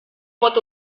pot